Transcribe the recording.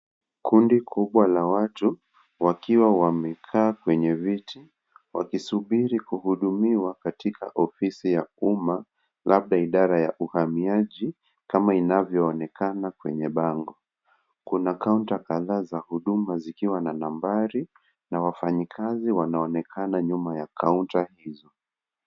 Kundi kubwa la watu wakiwa wamekaa kwenye viti wakisubiri kuhudumiwa katika ofisi ya uma labda idara ya uhamiaji kama inavyonekana kwenye bango kuna kaunta kadhaa za huduma zikiwa na nambari na wafanyi kazi wanaonekana nyuma ya kaunta hizo.